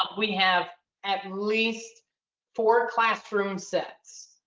we have at least four classrooms sets.